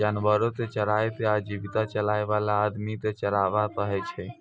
जानवरो कॅ चराय कॅ आजीविका चलाय वाला आदमी कॅ चरवाहा कहै छै